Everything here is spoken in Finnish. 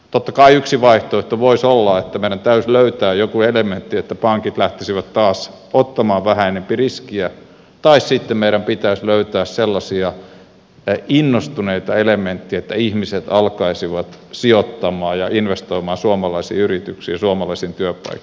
totta kai yksi vaihtoehto voisi olla että meidän täytyisi löytää joku elementti että pankit lähtisivät taas ottamaan vähän enempi riskiä tai sitten meidän pitäisi löytää sellaisia innostuneita elementtejä että ihmiset alkaisivat sijoittamaan ja investoimaan suomalaisiin yrityksiin ja suomalaisiin työpaikkoihin